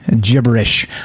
gibberish